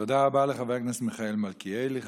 תודה רבה לחבר הכנסת מיכאל מלכיאלי.